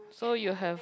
so you have